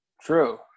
True